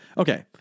Okay